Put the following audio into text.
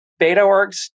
BetaWorks